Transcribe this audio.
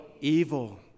evil